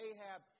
Ahab